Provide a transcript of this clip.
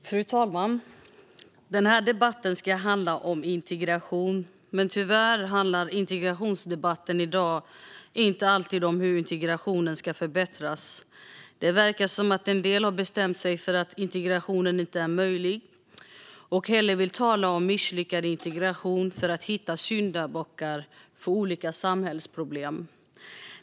Fru talman! Den här debatten ska handla om integration. Men tyvärr handlar integrationsdebatten i dag inte alltid om hur integrationen ska förbättras. Det verkar som att en del har bestämt sig för att integration inte är möjligt och hellre vill tala om misslyckad integration för att hitta syndabockar för olika samhällsproblem.